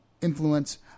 influence